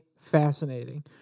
fascinating